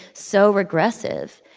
so regressive.